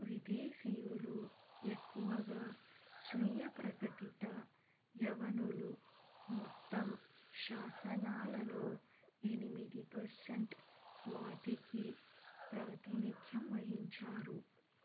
విదేశీయులు ఎక్కువగా స్వీయ ప్రకటిత యవనులు మొత్తం శాసనాలలో ఎనిమిది పర్సెంట్ వాటికి ప్రాతినిధ్యం వహించారు